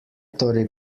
torej